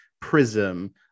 prism